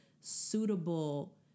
suitable